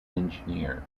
engineer